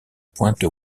pointe